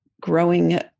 growing